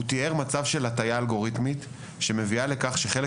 הוא תיאר מצב של הטעיה אלגוריתמית שמביאה לכך שחלק